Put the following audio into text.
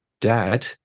dad